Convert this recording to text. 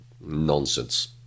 Nonsense